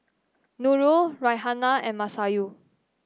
Nurul Raihana and Masayu